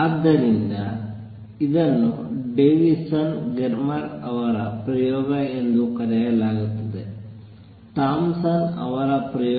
ಆದ್ದರಿಂದ ಇದನ್ನು Davisson Germer ರವರ ಪ್ರಯೋಗ ಎಂದೂ ಕರೆಯಲಾಗುತ್ತದೆ ಥಾಂಪ್ಸನ್ Thompson's ರವರ ಪ್ರಯೋಗ